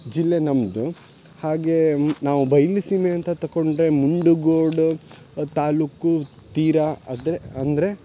ಜಿಲ್ಲೆ ನಮ್ಮದು ಹಾಗೇ ನಾವು ಬಯಲುಸೀಮೆ ಅಂತ ತಕೊಂಡರೆ ಮುಂಡುಗೋಡು ತಾಲೂಕು ತೀರ ಅದರೆ ಅಂದರೆ